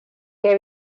que